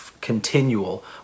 continual